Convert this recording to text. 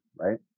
right